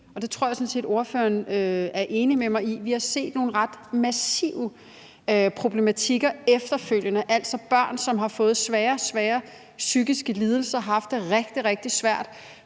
det tror jeg sådan set ordføreren er enig med mig i – at vi har set nogle ret massive problematikker efterfølgende, altså med børn, som har fået svære psykiske lidelser, og som ofte haft det rigtig,